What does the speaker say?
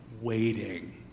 Waiting